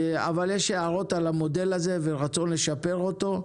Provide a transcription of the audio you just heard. יש הערות על המודל ורצון לשפר אותו.